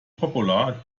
popular